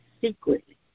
secretly